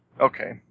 Okay